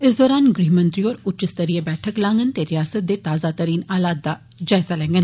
इस दौरान गृह मंत्री होर उच्च स्तरीय बैठक लांडन ते रियासत दे ताजा तरीन हालात दा जायज़ा लैंडन